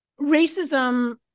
racism